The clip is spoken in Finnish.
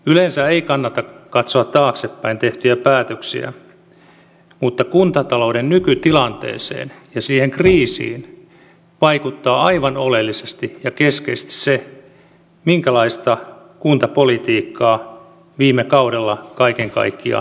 yleensä ei kannata katsoa taaksepäin tehtyjä päätöksiä mutta kuntatalouden nykytilanteeseen ja siihen kriisiin vaikuttaa aivan oleellisesti ja keskeisesti se minkälaista kuntapolitiikkaa viime kaudella kaiken kaikkiaan harjoitettiin